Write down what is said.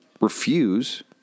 refuse